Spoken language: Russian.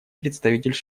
представитель